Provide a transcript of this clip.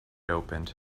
opened